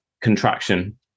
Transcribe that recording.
contraction